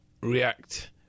react